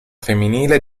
femminile